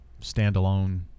standalone